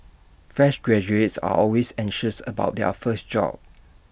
fresh graduates are always anxious about their first job